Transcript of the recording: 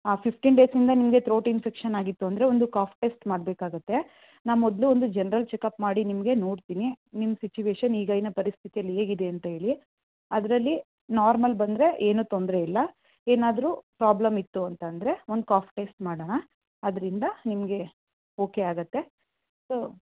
ಹಾಂ ಫಿಫ್ಟೀನ್ ಡೇಸಿಂದ ನಿಮಗೆ ತ್ರೋಟ್ ಇನ್ಫೆಕ್ಷನ್ ಆಗಿತ್ತು ಅಂದರೆ ಒಂದು ಕಾಫ್ ಟೆಸ್ಟ್ ಮಾಡಬೇಕಾಗತ್ತೆ ನಾನು ಮೊದಲು ಒಂದು ಜನರಲ್ ಚೆಕ್ ಅಪ್ ಮಾಡಿ ನಿಮಗೆ ನೋಡ್ತೀನಿ ನಿಮ್ಮ ಸಿಚ್ಯುವೇಷನ್ ಈಗಿನ ಪರಿಸ್ಥಿತಿಯಲ್ಲಿ ಹೇಗಿದೆ ಅಂತ ಹೇಳಿ ಅದರಲ್ಲಿ ನಾರ್ಮಲ್ ಬಂದರೆ ಏನೂ ತೊಂದರೆಯಿಲ್ಲ ಏನಾದರೂ ಪ್ರಾಬ್ಲಮ್ ಇತ್ತು ಅಂತ ಅಂದರೆ ಒಂದು ಕಾಫ್ ಟೆಸ್ಟ್ ಮಾಡೋಣ ಅದರಿಂದ ನಿಮಗೆ ಓಕೆ ಆಗುತ್ತೆ ಸೊ